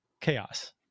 chaos